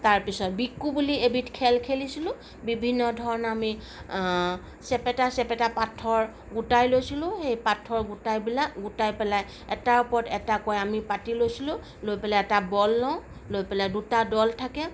তাৰ পিছত বিকু বুলি এবিধ খেল খেলিছিলোঁ বিভিন্ন ধৰণৰ আমি চেপেটা চেপেটা পাথৰ গোটাই লৈছিলোঁ সেই পাথৰ গোটাই পেলাই এটাৰ ওপৰত এটা আমি পাতি লৈছিলোঁ লৈ পেলাই এটা বল লওঁ লৈ পেলাই দুটা দল থাকে